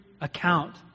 account